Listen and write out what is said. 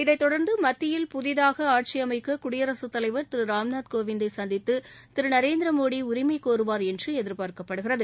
இதைத் தொடர்ந்து மத்தியில் புதிதாக ஆட்சி அமைக்க குடியரசுத் தலைவர் திரு ராம்நாத் கோவிந்தை சந்தித்து திரு நரேந்திர மோடி உரிமை கோருவார் என்று எதிர்பார்க்கப்படுகிறது